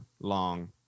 long